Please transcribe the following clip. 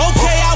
Okay